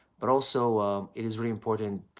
but also it is really important.